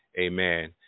amen